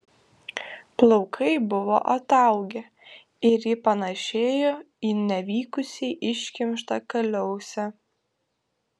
plaukai buvo ataugę ir ji panėšėjo į nevykusiai iškimštą kaliausę